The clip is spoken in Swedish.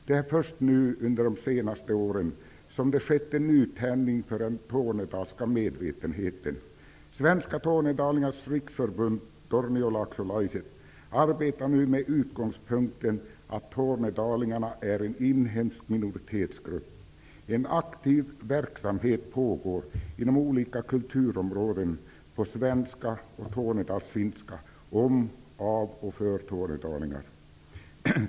Det är först nu under de senaste åren som det skett en nytändning för den tornedalska medvetenheten. Svenska Tornedalingarnas Riksförbund -- Torniolaksolaiset arbetar nu med utgångspunkten att tornedalingarna är en inhemsk minoritetsgrupp. En aktiv verksamhet pågår inom olika kulturområden på svenska och tornedalsfinska om, av och för tornedalingar.